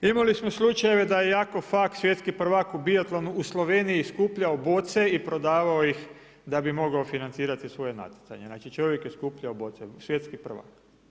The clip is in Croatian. Imali smo slučajeve da je Jakov Fak svjetski prvak u biatlonu u Sloveniji skupljao boce i prodavao ih da bi mogao financirati svoje natjecanje, znači čovjek je skupljao boce, svjetski prvak.